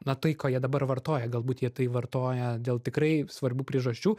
na tai ką jie dabar vartoja galbūt jie tai vartoja dėl tikrai svarbių priežasčių